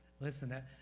Listen